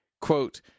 Quote